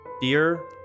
Dear